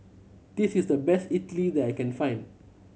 this is the best Idili that I can find